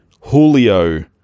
Julio